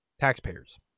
taxpayers